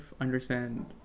understand